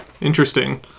interesting